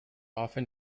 often